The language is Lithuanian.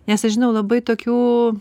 nes aš žinau labai tokių